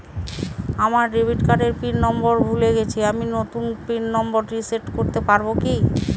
আমার ডেবিট কার্ডের pin number ভুলে গেছি আমি নূতন পিন নম্বর রিসেট করতে পারবো কি?